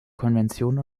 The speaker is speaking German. konvention